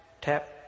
tap